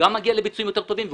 לביצועים יותר טובים.